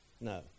No